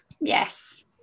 yes